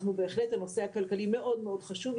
הנושא הכלכלי בהחלט מאוד-מאוד חשוב.